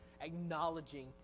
acknowledging